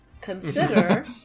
consider